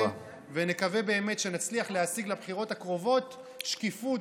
באמת נקווה שנצליח להשיג לבחירות הקרובות שקיפות,